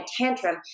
tantrum